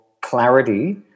clarity